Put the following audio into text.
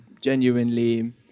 genuinely